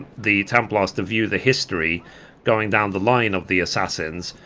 the templars to view the history going down the line of the assassins